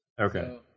Okay